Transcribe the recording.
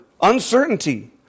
Uncertainty